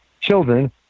children